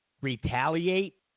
retaliate